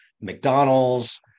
McDonald's